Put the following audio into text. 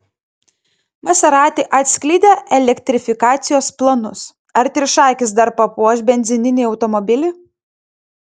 maserati atskleidė elektrifikacijos planus ar trišakis dar papuoš benzininį automobilį